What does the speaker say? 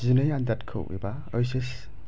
जिनै आनजादखौ एबा ओइस एस